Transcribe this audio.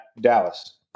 Dallas